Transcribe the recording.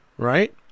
Right